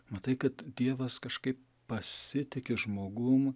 matai kad dievas kažkaip pasitiki žmogum